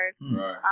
Right